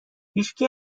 هیچکی